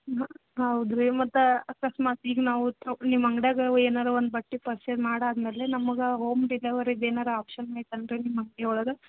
ಹಾಂ ಹೌದ್ರಿ ಮತ್ತೆ ಅಕಸ್ಮಾತ್ ಈಗ ನಾವು ತವ್ ನಿಮ್ಮ ಅಂಗ್ಡಿಯಾಗೆ ಏನರು ಒಂದು ಬಟ್ಟೆ ಪರ್ಚೆಸ್ ಮಾಡಾದಮೇಲೆ ನಮ್ಗೆ ಹೋಮ್ ಡೆಲಿವರಿದು ಏನಾರು ಆಪ್ಶನ್ ಐತೆ ಅನ್ರಿ ನಿಮ್ಮ ಅಂಗಡಿ ಒಳಗೆ